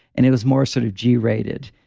and it was more sort of g rated.